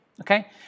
Okay